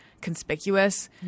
conspicuous